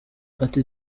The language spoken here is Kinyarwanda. ati